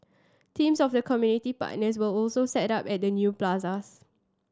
teams of the community partners will also set up at the new plazas